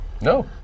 No